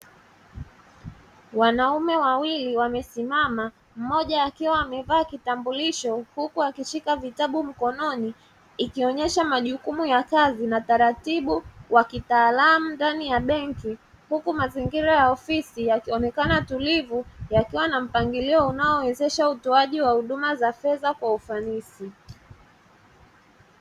Wanaume wawili wamesimama mmoja akiwa amevaa kitambulisho, huku akishika vitabu mkononi ikionyesha majukumu ya kazi na taratibu wakitaalamu ndani ya benki ,huku mazingira ya ofisi yakionekana tulivu yakiwa na mpangilio unaowezesha utoaji wa huduma ya fedha kwa ufanisi.